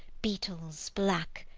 beetles black,